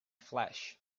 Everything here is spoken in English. flash